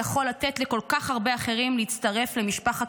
יכול לתת לכל כך הרבה אחרים להצטרף למשפחת